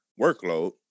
workload